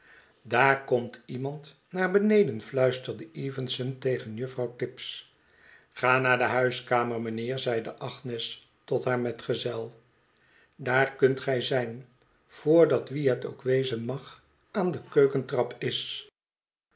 daar komt iemand naar beneden fluisterde evenson tegen juffrouw tibbs ga naar de huiskamer meneer zeide agnes tot haar metgezel daar kunt gij zijn voordat wie het ook wezen mag aan de keukentrap is